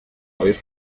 varios